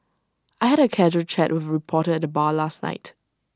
I had A casual chat with A reporter at the bar last night